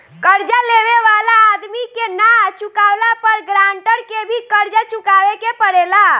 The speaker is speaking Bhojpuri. कर्जा लेवे वाला आदमी के ना चुकावला पर गारंटर के भी कर्जा चुकावे के पड़ेला